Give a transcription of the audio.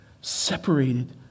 separated